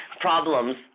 problems